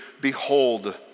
behold